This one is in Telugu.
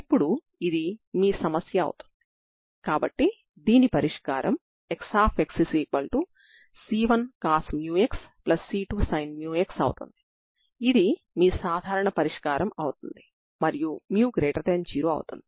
అప్పుడు సమీకరణం Xx 2 Xx0 అవుతుంది మరియు దీని యొక్క సాధారణ పరిష్కారం Xxc1eμxc2e μx అవుతుంది